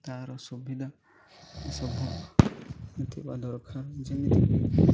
ତା'ର ସୁବିଧା ସବୁଥିବା ଦରକାର ଯେମିତିକି